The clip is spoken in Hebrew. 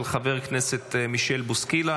של חבר הכנסת מישל בוסקילה.